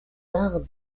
arts